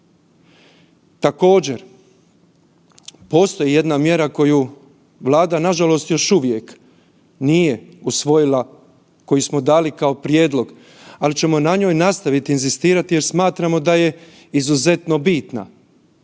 Također postoji jedna mjera koju Vlada nažalost još uvijek nije usvojila koju smo dali kao prijedlog, ali ćemo na njoj nastaviti inzistirati jer smatramo da je izuzetno bitna,